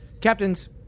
captains